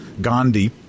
Gandhi